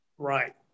Right